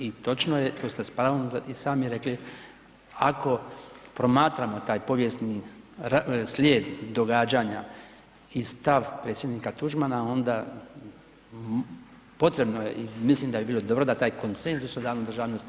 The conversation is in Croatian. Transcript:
I točno je, to ste s pravom i sami rekli ako promatramo taj povijesni slijed događanja i stav predsjednika Tuđmana onda potrebno je i mislim da bi bilo dobro da taj konsenzus o Danu državnosti vratimo